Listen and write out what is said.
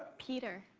peter.